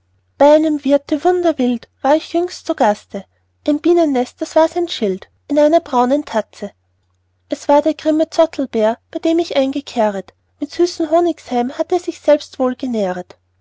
bei einem wirthe wunderwild da war ich jüngst zu gaste ein bienennest das war sein schild in einer braunen tatze es war der grimme zottelbär bei dem ich eingekehret mit süßem honigseim hat er sich selber wohl genähret